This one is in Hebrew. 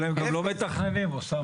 אבל הם גם לא מתכננים, אוסאמה.